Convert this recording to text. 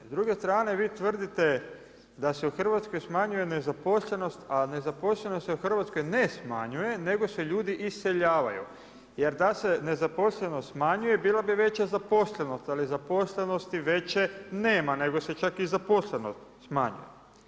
S druge strane vi tvrdite da se u Hrvatskoj smanjuje nezaposlenost a nezaposlenost se u Hrvatskoj ne smanjuje nego se ljudi iseljavaju jer da se nezaposlenost smanjuje, bila bi veća zaposlenost ali zaposlenost veće nema nego se čak i zaposlenost smanjuje.